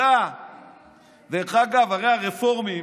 דרך אגב, הרי הרפורמים,